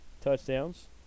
touchdowns